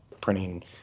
printing